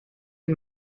and